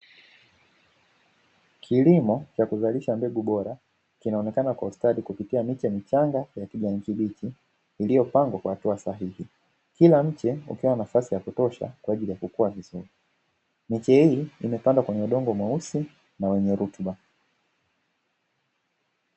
Kilimo cha kuzalisha mbegu bora kinaonekana kwa ustadi kupitia miche michanga ya kijani kibichi iliyopangwa kwa hatua sahihi. Kila mche ukiwa na nafasi ya kutosha kwaajili ya kukua vizuri. Miche hii imepandwa kwenye udongo mweusi na wenye rutuba.